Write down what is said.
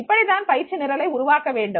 இப்படித்தான் பயிற்சி நிரலை உருவாக்க வேண்டும்